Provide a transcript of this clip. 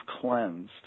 cleansed